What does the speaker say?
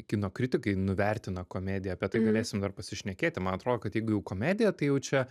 kino kritikai nuvertina komediją apie tai galėsim dar pasišnekėti man atrodo kad jeigu jau komedija tai jau čia